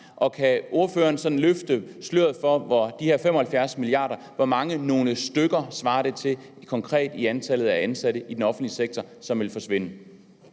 Og kan ordføreren sådan løfte sløret for, hvor mange »nogle stykker« de her 75 mia. kr. svarer til konkret i antallet af ansatte i den offentlige sektor, som vil forsvinde?